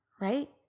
right